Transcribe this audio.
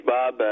Bob